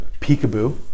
Peekaboo